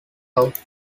route